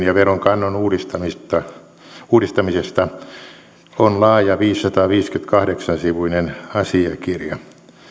ja veronkannon uudistamisesta uudistamisesta on laaja viisisataaviisikymmentäkahdeksan sivuinen asiakirja